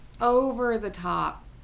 over-the-top